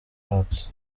arts